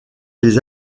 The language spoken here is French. les